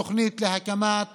תוכנית להקמת